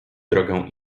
drogę